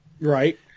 Right